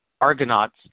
Argonauts